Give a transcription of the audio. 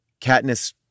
Katniss